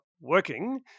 working